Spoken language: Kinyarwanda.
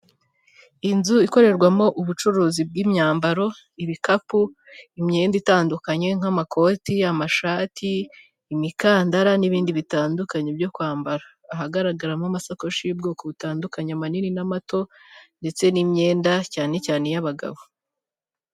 Mu buzima bw'umuntu habamo gukenera kwambara imyambaro myinshi itandukanye ndetse n'inkweto aba bagabo babiri, umwe yambaye ishati y'umweru, ipantaro y'umukara ndetse n'inkweto z'umweru undi yambaye umupira w'umukara n'ipantaro ya kacyi ndetse n'inkweto z'igitaka.